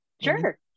Sure